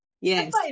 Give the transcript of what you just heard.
yes